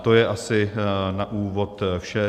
To je asi na úvod vše.